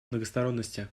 многосторонности